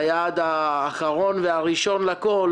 היעד האחרון והראשון לכול,